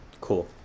Cool